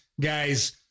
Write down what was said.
guys